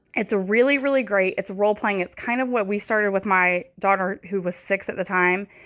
it's a really, really great it's role playing. it's kind of what we started with my daughter, who was six at the time.